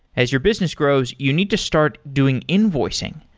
as your business grows, you need to start doing invoicing,